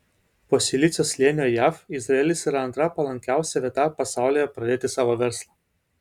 po silicio slėnio jav izraelis yra antra palankiausia vieta pasaulyje pradėti savo verslą